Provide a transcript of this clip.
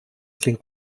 klingt